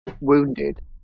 wounded